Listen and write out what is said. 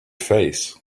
face